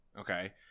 Okay